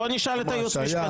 בוא נשאל את הייעוץ המשפטי.